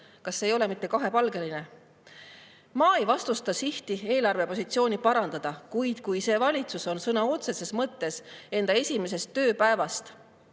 kas ei ole mitte kahepalgeline? Ma ei vastusta sihti eelarvepositsiooni parandada, kuid kui see valitsus on sõna otseses mõttes esimesest tööpäevast,